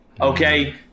Okay